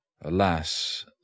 Alas